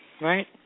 right